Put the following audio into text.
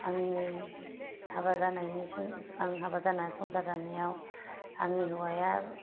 आंनि हाबा जानायनिसिम हाबा जानानै संसार जानायाव आंनि हौवाया